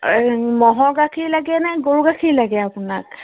এই ম'হৰ গাখীৰ লাগেনে গৰু গাখীৰ লাগে আপোনাক